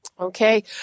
Okay